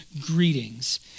greetings